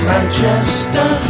Manchester